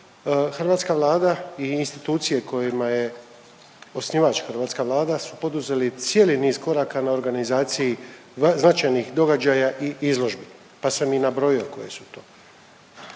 Hrvatska Vlada i institucije kojima je osnivač hrvatska Vlada su poduzeli cijeli niz koraka na organizaciji značajnih događaja i izložbi pa sam i nabrojio koje su to.